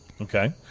Okay